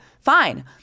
fine